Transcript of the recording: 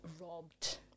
robbed